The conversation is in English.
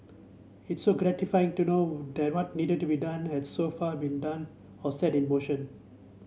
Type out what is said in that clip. it's gratifying to know that what needed to be done has so far been done or set in motion